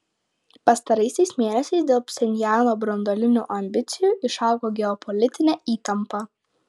pastaraisiais mėnesiais dėl pchenjano branduolinių ambicijų išaugo geopolitinė įtampa